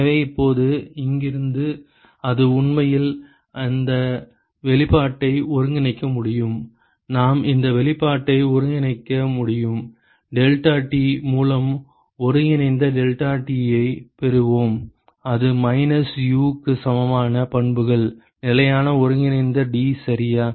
எனவே இப்போது இங்கிருந்து அது உண்மையில் இந்த வெளிப்பாட்டை ஒருங்கிணைக்க முடியும் நாம் இந்த வெளிப்பாட்டை ஒருங்கிணைக்க முடியும் டெல்டாடி மூலம் ஒருங்கிணைந்த டிடெல்டாடி ஐப் பெறுவோம் அது மைனஸ் U க்கு சமமான பண்புகள் நிலையான ஒருங்கிணைந்த d சரியா